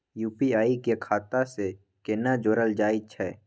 UPI के खाता सं केना जोरल जाए छै?